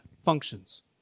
functions